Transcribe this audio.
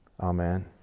amen